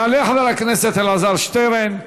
יעלה חבר הכנסת אלעזר שטרן,